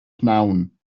pnawn